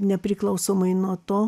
nepriklausomai nuo to